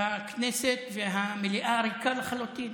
שהכנסת, המליאה ריקה לחלוטין,